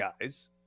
guys